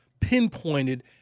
pinpointed